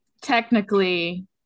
technically